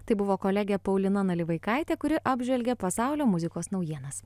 tai buvo kolegė paulina nalivaikaitė kuri apžvelgė pasaulio muzikos naujienas